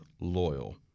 loyal